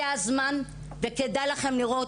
זה הזמן וכדאי לכם לראות.